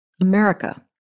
America